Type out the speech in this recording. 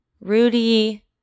Rudy